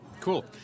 Cool